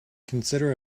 consider